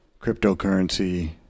cryptocurrency